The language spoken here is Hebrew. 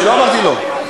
לא אמרתי לא.